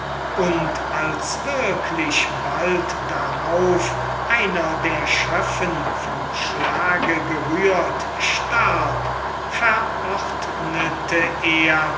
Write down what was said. und als wirklich bald darauf einer der schöffen vom schlage gerührt starb verordnete er